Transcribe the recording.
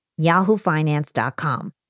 yahoofinance.com